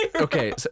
Okay